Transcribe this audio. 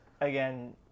again